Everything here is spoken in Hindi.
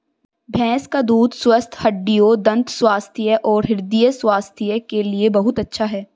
भैंस का दूध स्वस्थ हड्डियों, दंत स्वास्थ्य और हृदय स्वास्थ्य के लिए बहुत अच्छा है